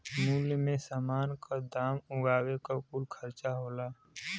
मूल्य मे समान क दाम उगावे क कुल खर्चा होला